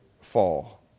fall